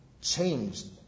changed